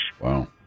Wow